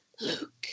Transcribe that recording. Luke